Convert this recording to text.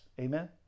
Amen